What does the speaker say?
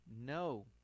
no